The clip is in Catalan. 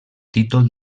títol